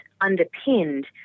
underpinned